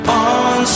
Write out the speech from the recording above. on